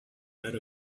that